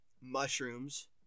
mushrooms